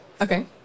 Okay